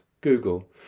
Google